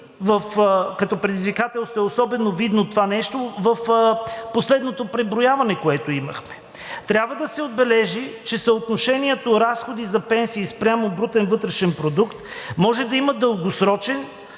като предизвикателство е особено видно в последното преброяване, което имахме. Трябва да се отбележи, че съотношението разходи за пенсии спрямо брутен вътрешен продукт може да има дългосрочен,